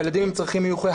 ילדים עם צריכים מיוחדים,